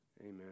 Amen